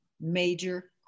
major